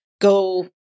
Go